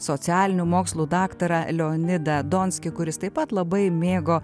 socialinių mokslų daktarą leonidą donskį kuris taip pat labai mėgo